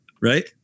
right